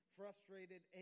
frustrated